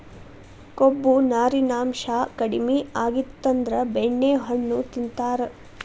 ಕೊಬ್ಬು, ನಾರಿನಾಂಶಾ ಕಡಿಮಿ ಆಗಿತ್ತಂದ್ರ ಬೆಣ್ಣೆಹಣ್ಣು ತಿಂತಾರ